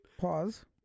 pause